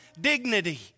dignity